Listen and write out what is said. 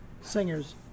singers